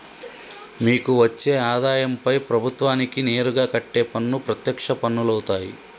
మీకు వచ్చే ఆదాయంపై ప్రభుత్వానికి నేరుగా కట్టే పన్ను ప్రత్యక్ష పన్నులవుతాయ్